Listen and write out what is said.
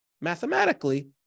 mathematically